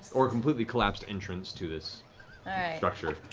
or completely collapsed entrance to this structure.